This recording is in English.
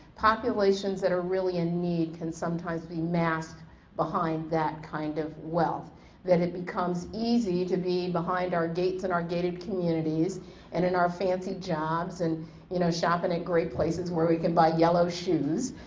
populations that are really ah need can sometimes be masked behind that kind of wealth that it becomes easy to be behind our gates and our gated communities and in our fancy jobs and you know shopping at great places where we can buy yellow shoes,